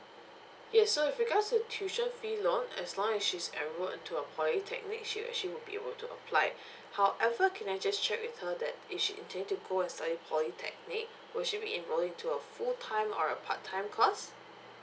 yes so with regards to tuition fee loan as long as she is enrolled into a polytechnic she will actually would be able to apply however can I just check with her that if she intending to go and study polytechnic will she be enrolling to a full time or a part time course